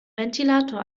ventilator